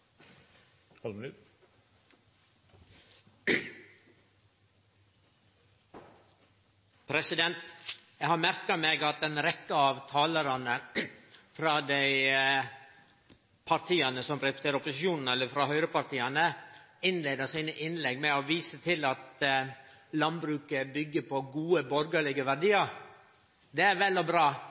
framtiden. Eg har merka meg at ei rekkje av talarane frå dei partia som representerer opposisjonen – eller høgrepartia – innleidde innlegga sine med å vise til at landbruket byggjer på gode, borgarlege verdiar. Det er vel og bra.